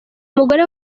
mugore